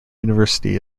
university